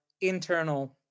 internal